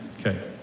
Okay